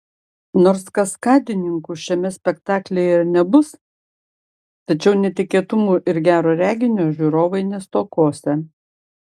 nors kaskadininkų šiame spektaklyje ir nebus tačiau netikėtumų ir gero reginio žiūrovai nestokosią